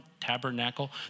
tabernacle